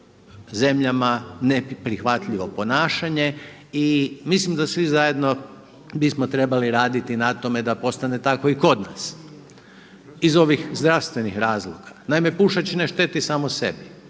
zemljama neprihvatljivo ponašanje i mislim da bismo svi zajedno trebali raditi na tome da postane tako i kod nas iz ovih zdravstvenih razloga. Naime, pušač ne šteti samo sebi,